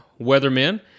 weathermen